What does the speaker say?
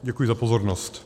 Děkuji za pozornost.